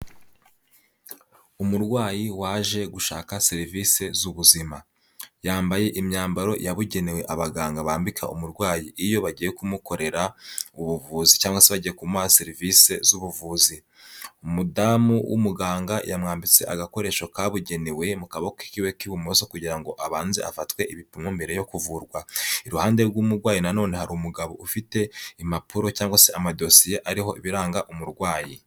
Umurwayi waje gushaka serivisi z'ubuzima, yambaye imyambaro yabugenewe abaganga bambika umurwayi iyo bagiye kumukorera ubuvuzi cyangwa se bagiye kumuha serivisi z'ubuvuzi, umudamu w'umuganga yamwambitse agakoresho kabugenewe mu kaboko kiwe k'ibumoso, kugira ngo abanze afatwe ibipimo mbere yo kuvurwa, iruhande rw'umurwayi na none hari umugabo ufite impapuro cyangwa se amadosiye ariho ibiranga umurwayi.